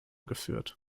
geführt